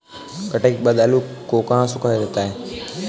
कटाई के बाद आलू को कहाँ सुखाया जाता है?